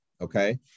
okay